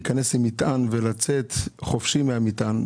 להיכנס עם מטען ולצאת חופשי מהמטען,